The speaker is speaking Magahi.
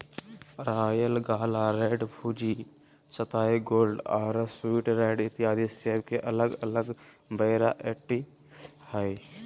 रायल गाला, रैड फूजी, सताई गोल्ड आरो स्वीट रैड इत्यादि सेब के अलग अलग वैरायटी हय